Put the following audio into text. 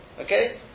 Okay